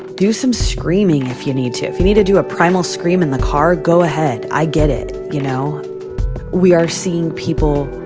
do some screaming if you need to. if you need to do a primal scream in the car, go ahead. i get it. you know we are seeing people,